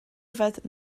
yfed